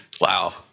Wow